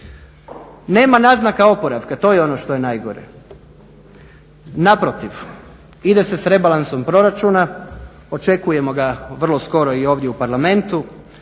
Nema naznaka oporavka to je ono što je najgore, naprotiv ide se s rebalansom proračuna. očekujemo ga vrlo skoro i ovdje u Parlamentu.